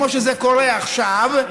כמו שזה קורה עכשיו,